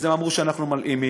אז הם אמרו שאנחנו מלאימים,